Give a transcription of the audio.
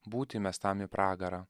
būti įmestam į pragarą